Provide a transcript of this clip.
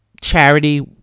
charity